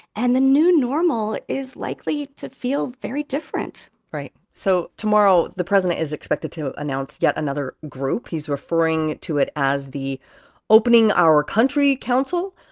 and the new normal is likely to feel very different right. so tomorrow, the president is expected to announce yet another group. he's referring to it as the opening our country council.